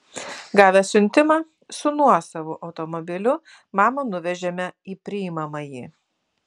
gavę siuntimą su nuosavu automobiliu mamą nuvežėme į priimamąjį